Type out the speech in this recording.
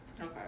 Okay